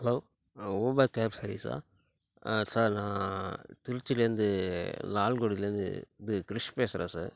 hello Uber cab சர்வீஸா sir நான் திருச்சிலேருந்து லால்குடிலேருந்து இது கிரிஷ் பேசுறேன் சார்